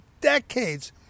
decades